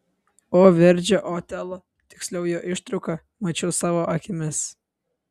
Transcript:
o verdžio otelo tiksliau jo ištrauką mačiau savo akimis